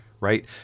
right